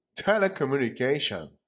telecommunication